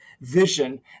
vision